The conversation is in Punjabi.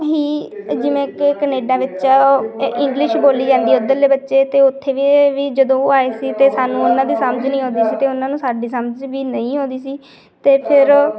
ਹੀ ਜਿਵੇਂ ਕਿ ਕਨੇਡਾ ਵਿੱਚ ਇ ਇੰਗਲਿਸ਼ ਬੋਲੀ ਜਾਂਦੀ ਉੱਧਰਲੇ ਬੱਚੇ ਅਤੇ ਉੱਥੇ ਵੀ ਜਦੋਂ ਆਏ ਸੀ ਅਤੇ ਸਾਨੂੰ ਉਹਨਾਂ ਦੀ ਸਮਝ ਨਹੀਂ ਆਉਂਦੀ ਸੀ ਅਤੇ ਉਹਨਾਂ ਨੂੰ ਸਾਡੀ ਸਮਝ ਵੀ ਨਹੀਂ ਆਉਂਦੀ ਸੀ ਅਤੇ ਫੇਰ